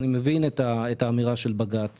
אני מבין את האמירה של בג"ץ